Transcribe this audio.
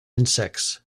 insects